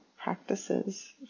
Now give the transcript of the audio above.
practices